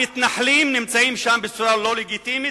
המתנחלים נמצאים שם בצורה לא לגיטימית,